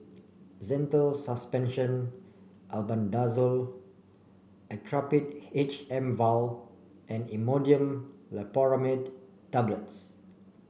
Zental Suspension Albendazole Actrapid H M vial and Imodium Loperamide Tablets